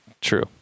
True